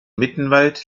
mittenwald